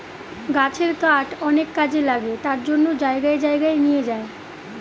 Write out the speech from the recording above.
গাছের কাঠ অনেক কাজে লাগে তার জন্য জায়গায় জায়গায় নিয়ে যায়